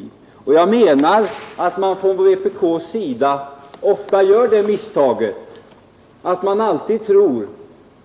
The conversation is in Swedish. Vpk gör ofta misstaget att tro